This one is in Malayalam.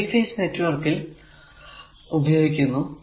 ഇവ 3 ഫേസ് നെറ്റ്വർക്ക് ൽ ഉപയോഗിക്കുന്നു